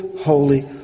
holy